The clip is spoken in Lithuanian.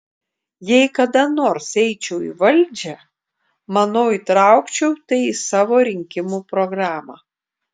jei kada nors eičiau į valdžią manau įtraukčiau tai į savo rinkimų programą